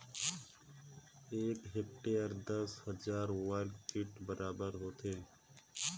एक हेक्टेयर दस हजार वर्ग मीटर के बराबर होथे